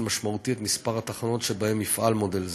משמעותי את מספר התחנות שבהן יפעל מודל זה.